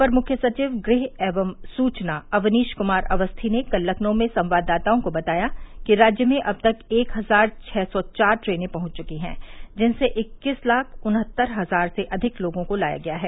अपर मुख्य सचिव गृह एवं सूचना अवनीश क्मार अवस्थी ने कल लखनऊ में संवाददाताओं को बताया कि राज्य में अब तक एक हजार छः सौ चार ट्रेन पहुंच चुकी है जिनसे इक्कीस लाख उनहत्तर हजार से अधिक लोगों को लाया गया है